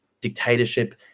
dictatorship